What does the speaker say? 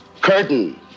curtain